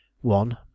one